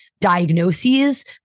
diagnoses